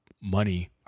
money